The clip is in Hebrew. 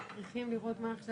תקראי לה איך שאת